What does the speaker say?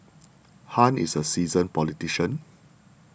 Han is a seasoned politician